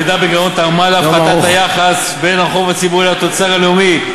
הירידה בגירעון תרמה להפחתת היחס בין החוב הציבורי לתוצר הלאומי,